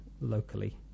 locally